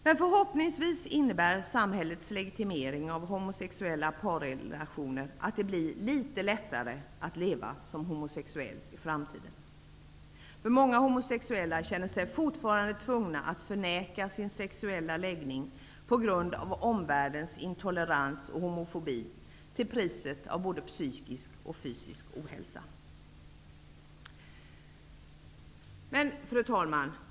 Men förhoppningsvis innebär samhällets legitimering av homosexuella parrelationer att det blir litet lättare att leva som homosexuell i framtiden. Många homosexuella känner sig fortfarande tvungna att förneka sin sexuella läggning på grund av omvärldens intolerans och homofobi, till priset av både psykisk och fysisk ohälsa.